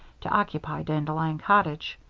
to occupy dandelion cottage.